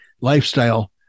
lifestyle